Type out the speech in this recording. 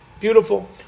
Beautiful